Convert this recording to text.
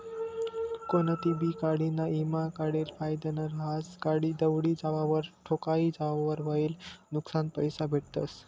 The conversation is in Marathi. कोनतीबी गाडीना ईमा काढेल फायदाना रहास, गाडी दवडी जावावर, ठोकाई जावावर व्हयेल नुक्सानना पैसा भेटतस